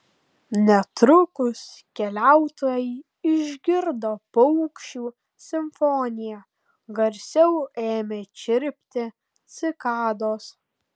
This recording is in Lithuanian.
netrukus keliautojai išgirdo paukščių simfoniją garsiau ėmė čirpti cikados